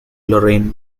lorraine